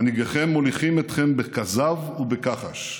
מנהיגיכם מוליכים אתכם בכזב ובכחש.